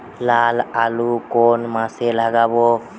লাল আলু কোন মাসে লাগাব?